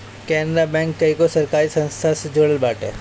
Canara bank कईगो सरकारी संस्था से जुड़ल बाटे